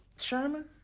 sherman?